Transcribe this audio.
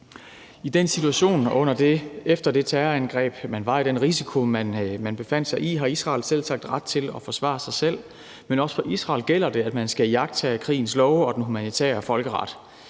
I den situation og efter det terrorangreb og med den risiko, der var, har Israel selvsagt ret til at forsvare sig selv, men også for Israel gælder det, at man skal iagttage krigens love og den humanitære folkeret.